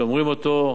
שומרים אותו,